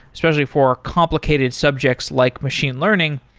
especially for complicated subjects like machine learning,